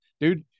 Dude